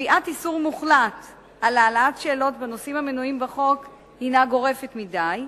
קביעת איסור מוחלט להעלות שאלות בנושאים המנויים בחוק היא גורפת מדי.